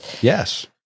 yes